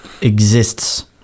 exists